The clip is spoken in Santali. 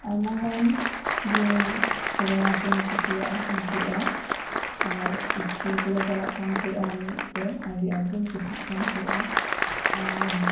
ᱟᱭᱢᱟ ᱜᱟᱱ ᱜᱮᱧ ᱠᱷᱮᱞᱱᱟ ᱠᱚᱧ ᱠᱩᱥᱤᱭᱟᱜ ᱠᱟᱱ ᱛᱟᱦᱮᱸᱜᱼᱟ ᱟᱨ ᱤᱥᱠᱩᱞ ᱠᱚᱞᱮ ᱪᱟᱞᱟᱜ ᱠᱟᱱ ᱛᱟᱦᱮᱸᱜᱼᱟ ᱢᱤᱜ ᱛᱮ ᱟᱰᱤ ᱟᱸᱴ ᱜᱤᱧ ᱠᱩᱥᱤᱜ ᱠᱟᱱ ᱛᱟᱦᱮᱸᱜᱼᱟ ᱟᱨ